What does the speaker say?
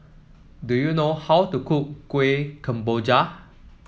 do you know how to cook Kuih Kemboja